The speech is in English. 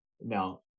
Now